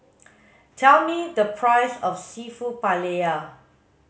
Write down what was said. tell me the price of Seafood Paella